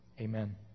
Amen